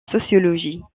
sociologie